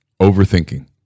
overthinking